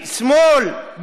שמאל,